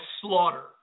slaughter